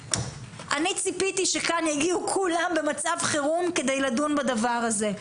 אני ציפיתי שכאן יגיעו כולם במצב חירום כדי לדון בדבר הזה.